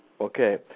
Okay